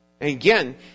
Again